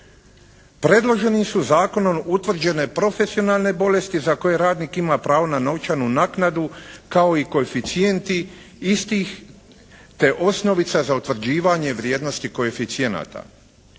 Predloženim su zakonom utvrđene profesionalne bolesti za koje radnik ima pravo na novčanu naknadu kao i koeficijenti istih te osnovica za utvrđivanje vrijednosti koeficijenata.